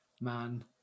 man